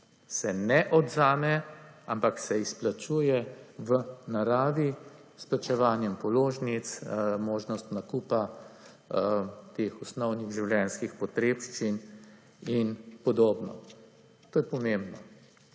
Se ne odvzame, ampak se izplačuje v naravi s plačevanjem položnic, možnost nakupa teh osnovnih življenjskih potrebščin in podobno. To je pomembno.